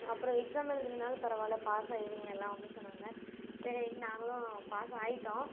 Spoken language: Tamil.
அப்புறம் எக்ஸாம் எழுதிலனாலும் பரவாயில்ல பாஸ் ஆயிடுவிங்க எல்லாம் அப்படின்னு சொன்னாங்கள் சரின்னு நாங்களும் பாஸ் ஆயிட்டோம்